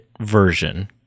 version